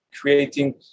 creating